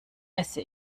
esse